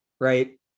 Right